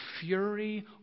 fury